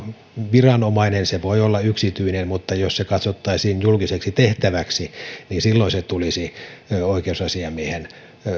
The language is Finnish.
viranomainen vaan se voi olla yksityinen mutta jos se katsottaisiin julkiseksi tehtäväksi niin silloin se tulisi oikeusasiamiehen